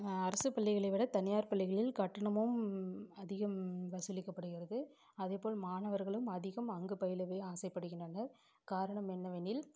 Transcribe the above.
அரசுப் பள்ளிகளை விட தனியார் பள்ளிகளில் கட்டணமும் அதிகம் வசூலிக்கப்படுகிறது அதேபோல் மாணவர்களும் அதிகம் அங்கு பயிலவே ஆசைப்படுகின்றனர் காரணம் என்னவெனில்